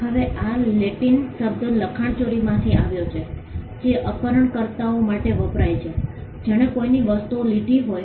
હવે આ લેટિન શબ્દ લખાણચોરીમાંથી આવ્યો છે જે અપહરણકર્તાઓ માટે વપરાય છે જેણે કોઈકની વસ્તુઓ લીધી હોય